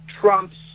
Trump's